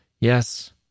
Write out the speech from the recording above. Yes